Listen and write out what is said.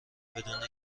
بدون